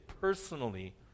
personally